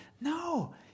No